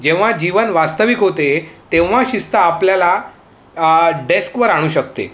जेव्हा जीवन वास्तविक होते तेव्हा शिस्त आपल्याला डेस्कवर आणू शकते